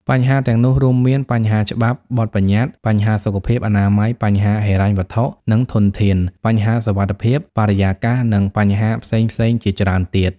បញ្ហាទាំងនោះរួមមាន បញ្ហាច្បាប់ បទប្បញ្ញត្តិ បញ្ហាសុខភាព អនាម័យ បញ្ហាហិរញ្ញវត្ថុ និងធនធាន បញ្ហាសុវត្ថិភាព បរិយាកាស នឹងបញ្ហាផ្សេងៗជាច្រើនទៀត ។